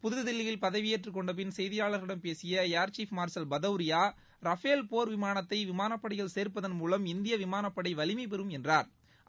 புதுதில்லியில் பதவியேற்றுக் கொண்ட பின் செய்தியாளர்களிடம் பேசிய ஏர்ஷீப் மார்ஷல் பதெளரியா ரஃபேல் போா் விமானத்தை விமானப்படையில் சேர்ப்பதன் மூலம் இந்திய விமானப்படை வலிமைபெறும் என்றாா்